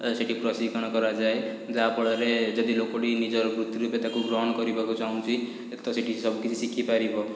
ତାହା ସେଠି ପ୍ରଶିକ୍ଷଣ କରାଯାଏ ଯାହା ଫଳରେ ଯଦି ଲୋକଟି ନିଜର ବୃତ୍ତି ଭାବେ ତାକୁ ଗ୍ରହଣ କରିବାକୁ ଚାହୁଁଛି ଏକ ତ ସେଠି ସବୁ କିଛି ଶିଖି ପାରିବ